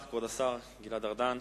כבוד השר גלעד ארדן